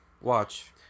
Watch